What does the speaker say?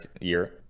year